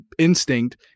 instinct